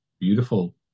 beautiful